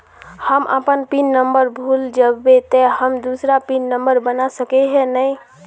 हम अपन pin number भूल जयबे ते हम दूसरा पिन नंबर बना सके है नय?